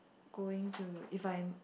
going to if I am